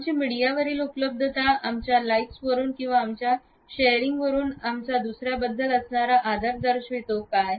आमची मीडियावरील उपलब्धता आमच्या लाईक्स वरून आणि आमच्या शेअरिंग वरून आमचा दुसऱ्या बद्दल असणारा आदर दर्शवितो काय